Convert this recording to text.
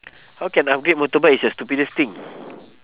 how can upgrade motorbike is your stupidest thing